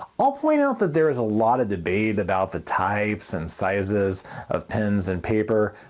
i'll point out that there is a lot of debate about the types and sizes of pens and paper.